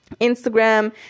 Instagram